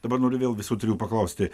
dabar noriu vėl visų trijų paklausti